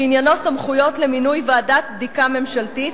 שעניינו סמכויות למינוי ועדת בדיקה ממשלתית,